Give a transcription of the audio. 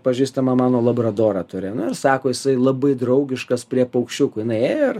pažįstama mano labradorą turi nu ir sako jisai labai draugiškas prie paukščiukų jinai ėjo ir